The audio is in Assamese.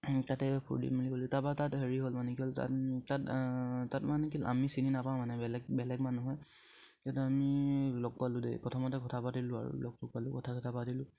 তাতে ফূৰ্তি মেলি কৰিলোঁ তাৰপা তাত হেৰি হ'ল মানে কি হ'ল তাত তাত তাত মানে কি আমি চিনি নাপাওঁ মানে বেলেগ বেলেগ মানুহে কিন্তু আমি লগ পালোঁ দেই প্ৰথমতে কথা পাতিলোঁ আৰু লগটো পালোঁ কথা চথা পাতিলোঁ